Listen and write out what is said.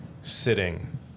sitting